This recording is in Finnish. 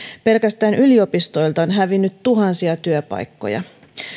pelkästään yliopistoilta on hävinnyt tuhansia työpaikkoja